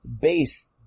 base